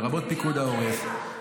לרבות פיקוד העורף,